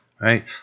right